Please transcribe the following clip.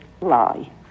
lie